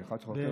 כאחד שמכיר,